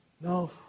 no